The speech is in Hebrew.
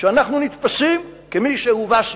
כשאנחנו נתפסים כמי שהובסנו.